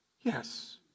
Yes